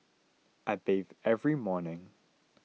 I bathe every morning